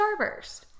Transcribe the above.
Starburst